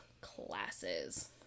classes